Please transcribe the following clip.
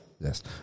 Yes